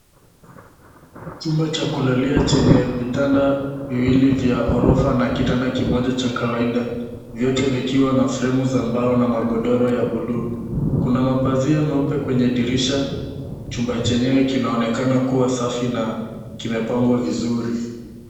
Chumba cha kulalia chenye vitanda viwili vya orofa na kitanda kimoja cha kawaida vyote vikiwa na fremu za mbao na magodoro ya buluu. Kuna mapazia meupe kwenye dirisha, chumba chenyewe kinaonekana kuwa safi na kimepangwa vizuri.